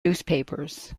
newspapers